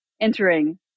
entering